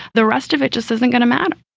the rest of it just isn't going to matter